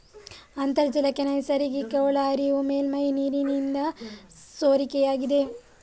ಅಂತರ್ಜಲಕ್ಕೆ ನೈಸರ್ಗಿಕ ಒಳಹರಿವು ಮೇಲ್ಮೈ ನೀರಿನಿಂದ ಸೋರಿಕೆಯಾಗಿದೆ